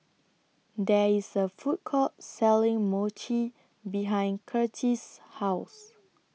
There IS A Food Court Selling Mochi behind Curtiss' House